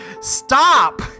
Stop